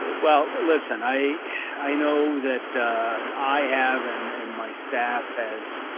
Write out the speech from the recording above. well, listen. i i know that i have, and and my staff has,